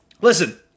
Listen